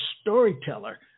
storyteller